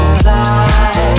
fly